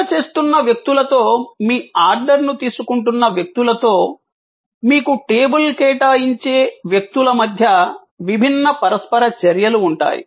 సేవ చేస్తున్న వ్యక్తులతో మీ ఆర్డర్ను తీసుకుంటున్న వ్యక్తులతో మీకు టేబుల్ కేటాయించే ఇచ్చే వ్యక్తుల మధ్య విభిన్న పరస్పర చర్యలు ఉంటాయి